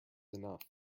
enough